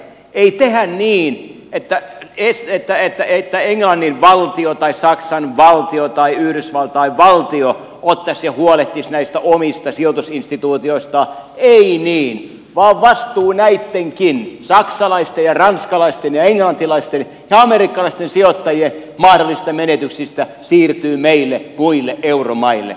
ei tehdä niin että englannin valtio tai saksan valtio tai yhdysvaltain valtio ottaisi ja huolehtisi näistä omista sijoitusinstituutioistaan ei niin vaan vastuu näittenkin saksalaisten ja ranskalaisten ja englantilaisten ja amerikkalaisten sijoittajien mahdollisista menetyksistä siirtyy meille muille euromaille